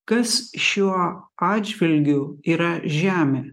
kas šiuo atžvilgiu yra žemė